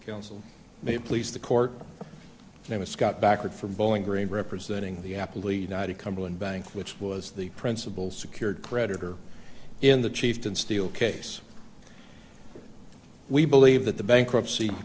counsel may please the court it was scott backward from bowling green representing the apple united cumberland bank which was the principal secured creditor in the chieftain steel case we believe that the bankruptcy